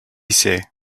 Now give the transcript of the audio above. sait